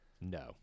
No